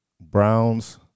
Browns